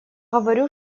говорю